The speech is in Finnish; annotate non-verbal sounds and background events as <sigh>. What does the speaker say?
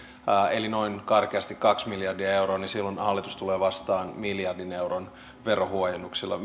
eli karkeasti noin kaksi miljardia euroa niin silloin hallitus tulee vastaan miljardin euron verohuojennuksilla <unintelligible>